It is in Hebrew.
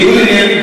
זה ניגוד עניינים.